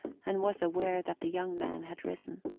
and was aware that the young man had risen.